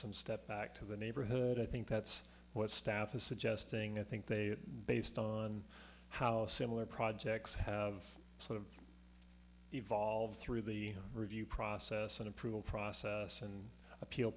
some step back to the neighborhood i think that's what staff is suggesting i think they based on how similar projects have sort of evolve through the review process and approval process and appeal